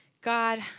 God